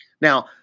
Now